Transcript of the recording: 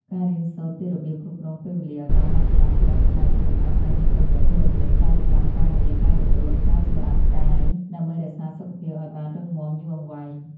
ការរៀនសូត្រពីរបៀបគ្រប់គ្រងពេលវេលាឱ្យបានហ្មត់ចត់ ជួយឱ្យម្ចាស់អាជីវកម្មអាចមានតុល្យភាពរវាងការរៀបចំការងារ ការលក់ដូរ និងការសម្រាកកាយដើម្បីរក្សាសុខភាពឱ្យបានរឹងមាំយូរអង្វែង។